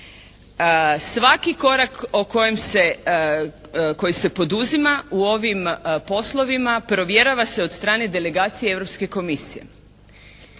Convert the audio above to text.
kojem se, koji se poduzima u ovim poslovima provjerava se od strane delegacije Europske komisije.